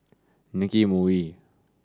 Nicky M O E